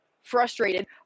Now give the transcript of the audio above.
frustrated